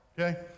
okay